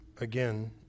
Again